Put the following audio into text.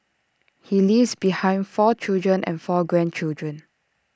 he leaves behind four children and four grandchildren